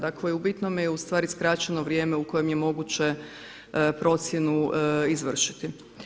Dakle, u bitnome je u stvari skraćeno vrijeme u kojem je moguće procjenu izvršiti.